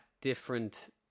different